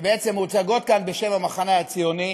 שבעצם מוצגות כאן בשם המחנה הציוני,